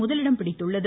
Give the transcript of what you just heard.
முதலிடம் பிடித்துள்ளது